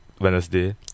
Wednesday